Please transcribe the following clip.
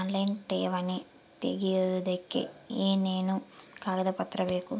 Online ಠೇವಣಿ ತೆಗಿಯೋದಕ್ಕೆ ಏನೇನು ಕಾಗದಪತ್ರ ಬೇಕು?